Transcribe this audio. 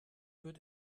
wird